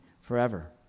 forever